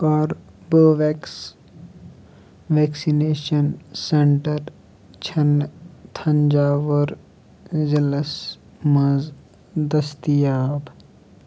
Corbevax vaccination centre چھِنہٕ تھنٛجاوُر ضلَس مَنٛز دٔستِیاب